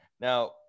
now